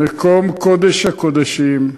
מקום קודש-הקודשים.